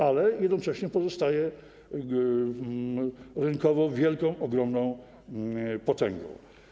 Ale jednocześnie pozostaje ona rynkowo wielką, ogromną potęgą.